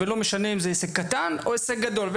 ולא משנה אם זה עסק קטן או עסק גדול.